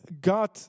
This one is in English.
God